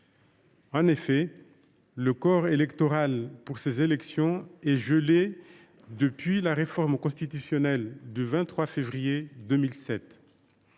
En effet, le corps électoral pour ces élections est gelé depuis la réforme constitutionnelle du 23 février 2007.